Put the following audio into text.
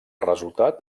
resultat